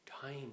time